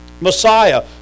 Messiah